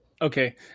Okay